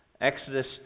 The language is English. Exodus